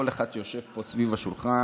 כל אחד שיושב פה סביב השולחן,